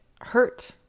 hurt